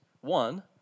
one